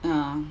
ah